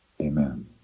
Amen